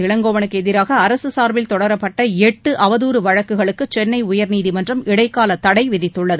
இளங்கோவனுக்கு எதிராக அரசு சார்பில் தொடரப்பட்ட எட்டு அவதூறு வழக்குகளுக்கு சென்னை உயர்நீதிமன்றம் இடைக்கால தடை விதித்துள்ளது